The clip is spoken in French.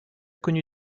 connu